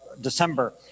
December